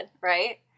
Right